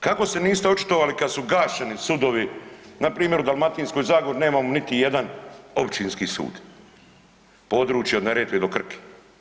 Kako se niste očitovali kad su gašeni sudovi npr. u Dalmatinskoj zagori nemamo niti jedan općinski sud, područje od Neretve do Krke.